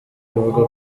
ivuga